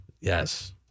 Yes